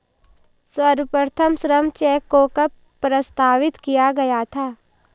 सर्वप्रथम श्रम चेक को कब प्रस्तावित किया गया था?